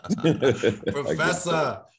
Professor